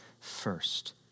first